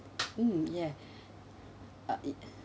mm yeah uh it